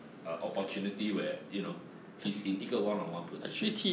uh opportunity where you know his in 一个 one on one position